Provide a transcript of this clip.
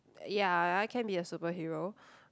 ya I can be a superhero